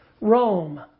Rome